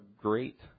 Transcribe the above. great